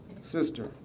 sister